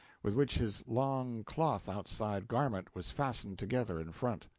with which his long cloth outside garment was fastened together in front.